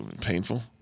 painful